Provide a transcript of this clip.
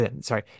sorry